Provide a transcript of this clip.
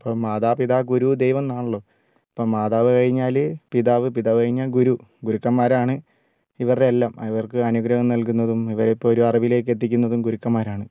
ഇപ്പം മാതാ പിതാ ഗുരു ദൈവം എന്നാണല്ലോ അപ്പം മാതാവ് കഴിഞ്ഞാൽ പിതാവ് പിതാവ് കഴിഞ്ഞാൽ ഗുരു ഗുരുക്കന്മാരാണ് ഇവരുടെയെല്ലാം അവർക്ക് അനുഗ്രഹം നൽകുന്നതും ഇവരെ ഇപ്പോഴൊരു അറിവിലേക്ക് എത്തിക്കുന്നതും ഗുരുക്കന്മാരാണ്